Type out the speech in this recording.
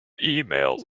emails